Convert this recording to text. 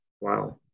Wow